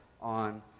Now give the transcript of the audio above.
on